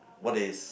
what is